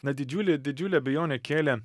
na didžiulį didžiulę abejonę kėlė